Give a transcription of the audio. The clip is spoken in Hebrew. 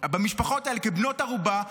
במשפחות אלה, כבנות ערובה.